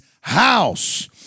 house